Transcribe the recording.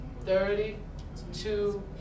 Thirty-two